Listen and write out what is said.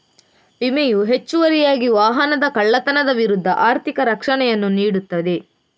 ವಿಮೆಯು ಹೆಚ್ಚುವರಿಯಾಗಿ ವಾಹನದ ಕಳ್ಳತನದ ವಿರುದ್ಧ ಆರ್ಥಿಕ ರಕ್ಷಣೆಯನ್ನು ನೀಡುತ್ತದೆ